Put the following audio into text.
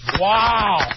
Wow